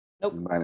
Nope